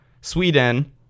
Sweden